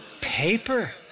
paper